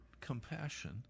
compassion